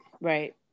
Right